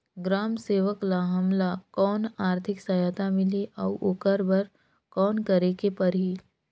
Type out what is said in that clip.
ग्राम सेवक ल हमला कौन आरथिक सहायता मिलही अउ ओकर बर कौन करे के परही?